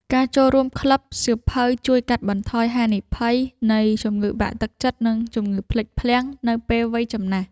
ការចូលរួមក្លឹបសៀវភៅជួយកាត់បន្ថយហានិភ័យនៃជំងឺបាក់ទឹកចិត្ត និងជំងឺភ្លេចភ្លាំងនៅពេលវ័យចំណាស់។